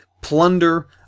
plunder